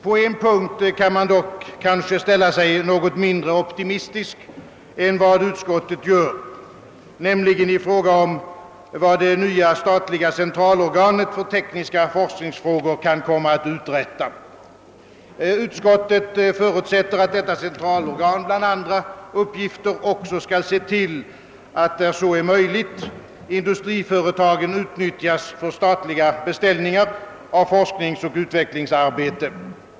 På en punkt är jag dock något mindre optimistisk än vad utskottet är, nämligen i fråga om vad det nya statliga centralorganet för tekniska forskningsfrågor kan komma att uträtta. Utskottet förutsätter att detta organ bland andra uppgifer också har att se till, att där så är möjligt industriföretagen utnyttjas för statliga beställningar av forskningsoch utvecklingsarbete.